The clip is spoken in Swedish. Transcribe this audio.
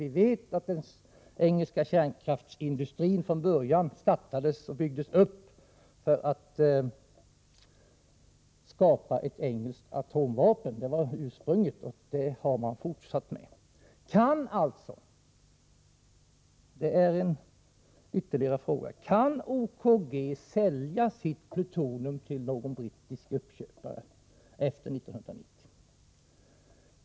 Vi vet ju att man från början byggde upp den engelska kärnkraftsindustrin i syfte att skapa ett engelskt atomvapen. Det var denna industris ursprung, och man har fortsatt på den vägen. Kan alltså — det är en ytterligare fråga — OKG sälja sitt plutonium till någon brittisk uppköpare efter 1990?